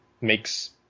makes